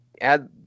add